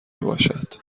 باشد